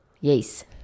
yes